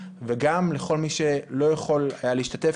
וגם לכל מי שלא יכול היה להשתתף,